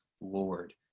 Lord